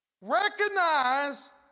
Recognize